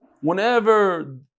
Whenever